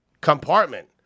compartment